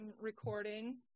recording